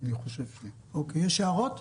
יש הערות?